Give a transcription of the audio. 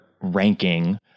ranking